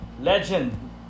legend